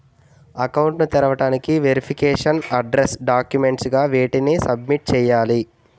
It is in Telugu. అకౌంట్ ను తెరవటానికి వెరిఫికేషన్ అడ్రెస్స్ డాక్యుమెంట్స్ గా వేటిని సబ్మిట్ చేయాలి?